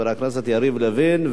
חבר הכנסת יריב לוין,